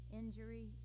injury